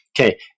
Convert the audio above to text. okay